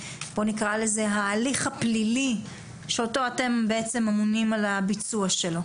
בואו נקרא לזה ההליך הפלילי שאותו אתם בעצם אמונים על הביצוע שלו.